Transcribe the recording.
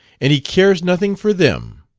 and he cares nothing for them.